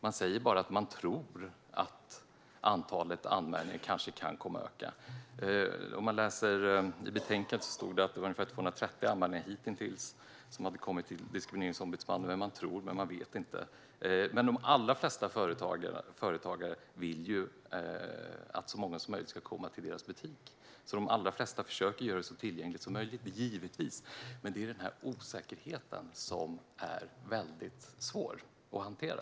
Man säger bara att man tror att antalet anmälningar kanske kan komma att öka. I betänkandet står det att det hittills har kommit ungefär 230 anmälningar till Diskrimineringsombudsmannen, men man vet inte. De allra flesta företagare vill ju att så många som möjligt ska komma till deras butik och försöker givetvis göra det så tillgängligt som möjligt. Men det är osäkerheten som är väldigt svår att hantera.